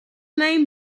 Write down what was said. name